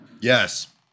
Yes